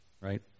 Right